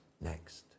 next